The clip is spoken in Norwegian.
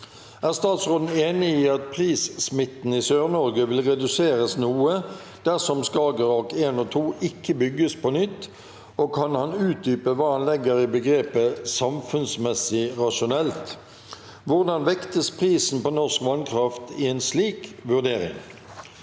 Er statsråden enig i at prissmitten i Sør-Norge vil reduseres noe dersom Skagerrak 1 og 2 ikke bygges på nytt, og kan han utdype hva han legger i begrepet «sam- funnsmessig rasjonelt» – hvordan vektes prisen på norsk vannkraft i en slik vurdering?»